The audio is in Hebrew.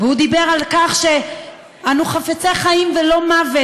הוא דיבר על כך שאנו חפצי חיים ולא מוות,